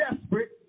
desperate